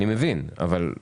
אני מבין, אבל את